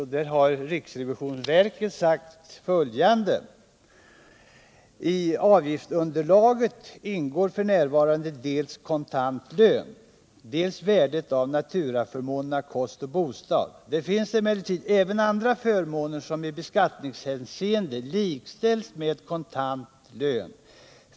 Här har riksrevisionsverket uttalat bl.a. följande: ”I avgiftsunderlaget ingår f n dels kontant lön, dels värdet av naturaförmånerna kost och bostad. Det finns emellertid även andra förmåner som i be — Nr 37 skattningshänseende likställs med kontant lön.